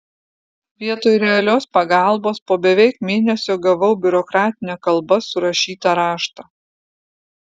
vietoj realios pagalbos po beveik mėnesio gavau biurokratine kalba surašytą raštą